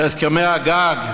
את הסכמי הגג,